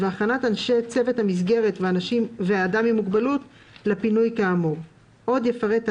והכנת אנשי צוות המסגרת ואדם עם מוגבלות לפינוי כאמור; עוד יפרט הנוהל,